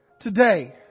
today